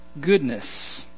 Goodness